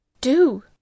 Do